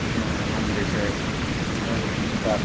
किनलहुँ तऽ हम जे छै ऑनलाइन हुनका